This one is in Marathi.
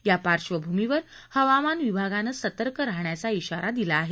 या पार्श्वभूमीवर हवामान विभागानं सतर्क राहण्याचा श्राारा दिला आहे